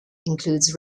includes